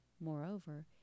Moreover